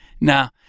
Now